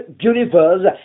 universe